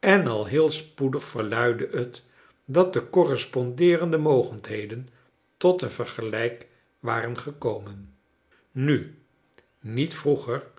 en al heel spoedig verluidde het dat de correspondeerende mogendheden tot een vergelijk waren gekomen nu niet vroeger